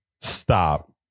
Stop